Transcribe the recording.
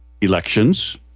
Elections